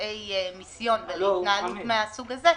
לנושאי מיסיון והתנהלות מהסוג הזה,